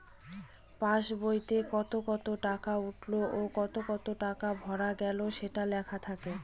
pass বইতে কত কত টাকা উঠলো ও কত কত টাকা ভরা গেলো সেটা লেখা থাকে